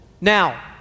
Now